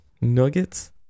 Nuggets